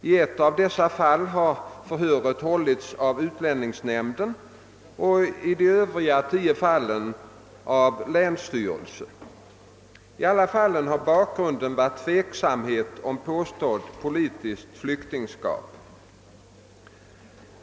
I ett av dessa fall har förhöret hållits av utlänningsnämnden och i de övriga tio fallen av länsstyrelse. I alla fallen har bakgrunden varit tveksamhet om påstått politiskt flyktingskap.